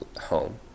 home